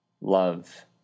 love